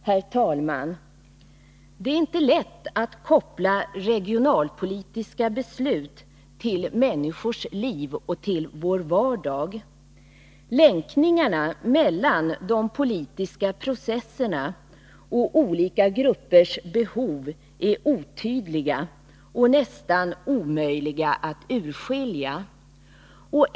Herr talman! Det är inte lätt att koppla regionalpolitiska beslut till människors liv och vår vardag. Länkningarna mellan de politiska processerna och olika gruppers behov är otydliga och nästan omöjliga att urskilja.